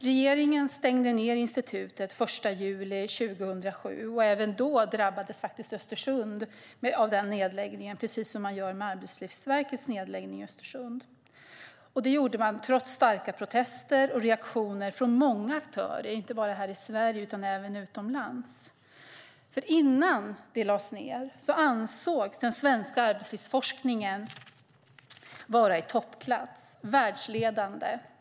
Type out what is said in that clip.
Regeringen stängde ned institutet den 1 juli 2007, och även då drabbades faktiskt Östersund av nedläggningen precis som man drabbas av Arbetsmiljöverkets nedläggning i Östersund. Det gjordes trots starka protester och reaktioner från många aktörer inte bara här i Sverige utan även utomlands. Innan det lades ned ansågs nämligen den svenska arbetslivsforskningen vara i toppklass och världsledande.